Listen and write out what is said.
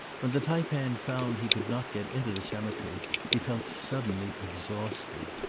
when the taipan found he could not get into the cemetery he felt suddenly exhausted.